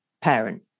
parent